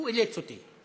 הוא אילץ אותי.